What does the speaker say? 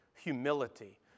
humility